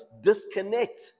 disconnect